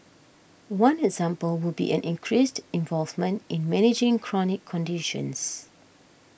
one example would be an increased involvement in managing chronic conditions